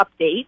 update